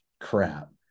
crap